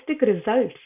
results